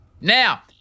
Now